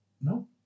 No